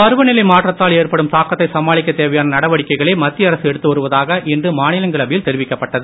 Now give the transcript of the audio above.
பருவநிலை மாற்றத்தால் ஏற்படும் தாக்கத்தை சமாளிக்கத் தேவையான நடவடிக்கைகளை மத்திய அரசு எடுத்து வருவதாக இன்று மாநிலங்களவையில் தெரிவிக்கப்பட்டது